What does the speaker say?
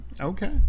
okay